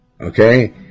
Okay